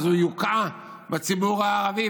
אז הוא יוקע בציבור הערבי,